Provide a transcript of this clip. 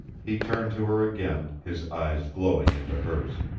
he turned to her again, his eyes glowing into hers.